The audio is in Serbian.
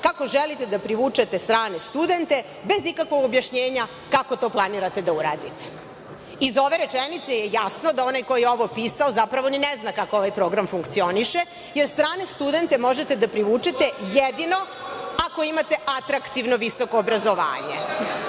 kako želite da privučete strane studente, bez ikakvog objašnjenja kako to planirate da uradite. Iz ove rečenice je jasno da onaj koji je ovo pisao zapravo i ne zna kako ovaj program funkcioniše, jer strane studente možete da privučete jedino ako imate atraktivno visoko obrazovanje.